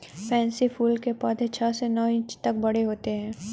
pansy फूल के पौधे छह से नौ इंच तक बड़े होते हैं